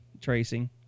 tracing